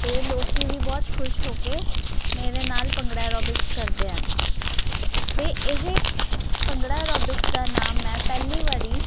ਤੇ ਲੋਕੀ ਵੀ ਬਹੁਤ ਖੁਸ਼ ਹੋ ਕੇ ਮੇਰੇ ਨਾਲ ਭੰਗੜਾ ਰੋਬਿਕਸ ਕਰਦੇ ਹਨ ਤੇ ਇਹ ਭੰਗੜਾ ਰੋਬਿਕਸ ਦਾ ਨਾਮ ਮੈਂ ਪਹਿਲੀ ਵਾਰੀ